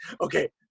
okay